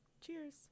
Cheers